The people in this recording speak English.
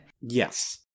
Yes